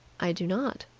i do not.